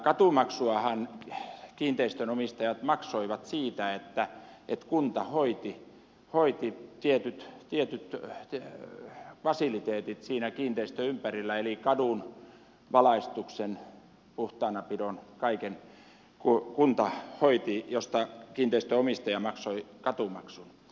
katumaksuahan kiinteistön omistajat maksoivat siitä että kunta hoiti tietyt fasiliteetit siinä kiinteistön ympärillä eli kadun valaistuksen puhtaanapidon kaiken kunta hoiti mistä kiinteistön omistaja maksoi katumaksun ja tämä korvattiin